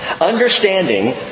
Understanding